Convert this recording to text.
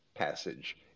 passage